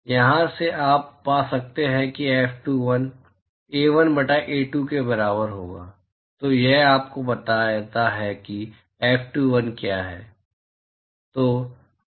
तो यहाँ से आप पा सकते हैं कि F21 A1 बटा A2 के बराबर होगा तो यह आपको बताता है कि F21 क्या है